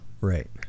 Right